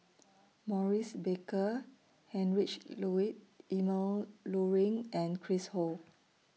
Maurice Baker Heinrich Ludwig Emil Luering and Chris Ho